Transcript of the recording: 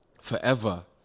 forever